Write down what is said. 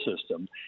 system